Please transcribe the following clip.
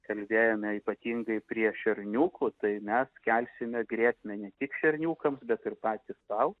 kalbėjome ypatingai prie šerniukų tai mes kelsime grėsmę ne tik šerniukams bet ir patys tau